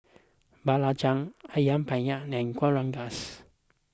Belacan Ayam Penyet and Kueh Rengas